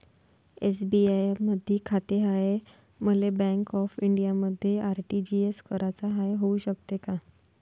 SBI मधी खाते हाय, मले बँक ऑफ इंडियामध्ये आर.टी.जी.एस कराच हाय, होऊ शकते का?